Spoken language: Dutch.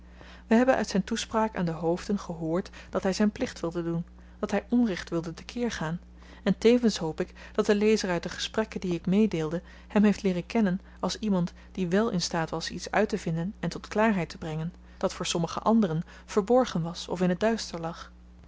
we hebben uit zyn toespraak aan de hoofden gehoord dat hy zyn plicht wilde doen dat hy onrecht wilde te keer gaan en tevens hoop ik dat de lezer uit de gesprekken die ik meedeelde hem heeft leeren kennen als iemand die wel in staat was iets uittevinden en tot klaarheid te brengen dat voor sommige anderen verborgen was of in t duister lag